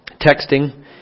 texting